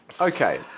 Okay